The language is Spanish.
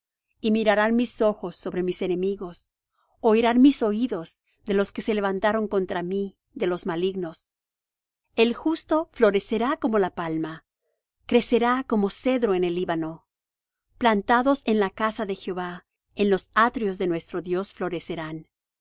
y mirarán mis ojos sobre mis enemigos oirán mis oídos de los que se levantaron contra mí de los malignos el justo florecerá como la palma crecerá como cedro en el líbano plantados en la casa de jehová en los atrios de nuestro dios florecerán aun